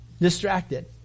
distracted